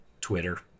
Twitter